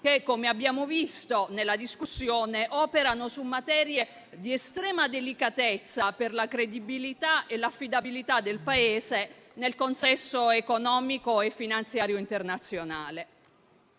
che - come abbiamo visto nella discussione - operano su materie di estrema delicatezza per la credibilità e l'affidabilità del Paese nel consesso economico e finanziario internazionale.